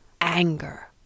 anger